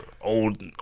old